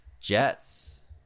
Jets